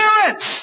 parents